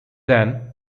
then